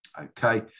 Okay